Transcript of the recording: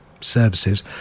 services